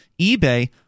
eBay